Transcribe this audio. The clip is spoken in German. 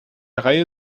reihe